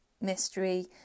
mystery